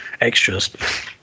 extras